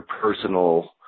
personal